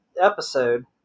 episode